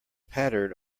pattered